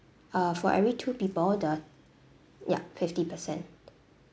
uh for every two people the ya fifty percent